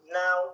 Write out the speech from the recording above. now